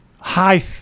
High